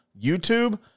YouTube